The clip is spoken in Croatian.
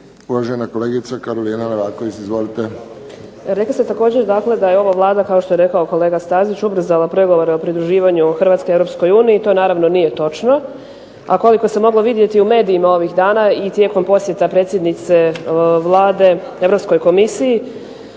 **Leaković, Karolina (SDP)** Rekli ste također dakle da je ova Vlada, kao što je rekao kolega Stazić ubrzala pregovore o pridruživanju Hrvatske Europskoj uniji. To nije točno. A koliko se moglo vidjeti u medijima ovih dana i tijekom posjeta predsjednice Vlade Europskoj komisiji